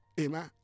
Amen